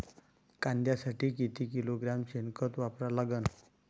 कांद्यासाठी किती किलोग्रॅम शेनखत वापरा लागन?